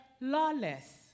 lawless